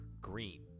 green